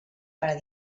per